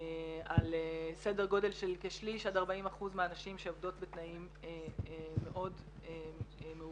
על סדר גודל של כשליש עד 40% מהנשים שעובדות בתנאים מאוד מעורערים.